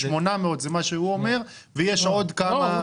800 זה מה שהוא אומר ויש עוד כמה --- לא,